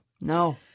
no